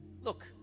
look